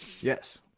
Yes